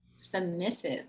submissive